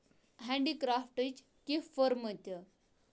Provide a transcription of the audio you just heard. handy کریفٹٕچ کہِ فٕرمہٕ تہِ